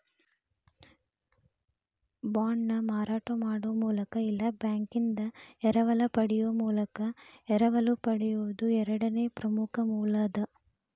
ಬಾಂಡ್ನ ಮಾರಾಟ ಮಾಡೊ ಮೂಲಕ ಇಲ್ಲಾ ಬ್ಯಾಂಕಿಂದಾ ಎರವಲ ಪಡೆಯೊ ಮೂಲಕ ಎರವಲು ಪಡೆಯೊದು ಎರಡನೇ ಪ್ರಮುಖ ಮೂಲ ಅದ